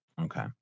Okay